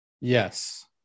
Yes